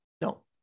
No